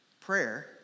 Prayer